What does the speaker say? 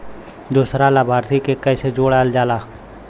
दूसरा लाभार्थी के कैसे जोड़ल जाला?